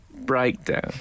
breakdown